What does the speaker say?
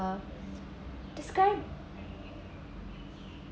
describe